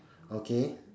okay